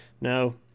no